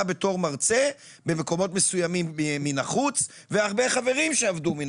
כמרצה במקומות מסוימים מן החוץ והרבה חברים שעבדו מן החוץ.